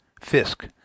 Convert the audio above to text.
Fisk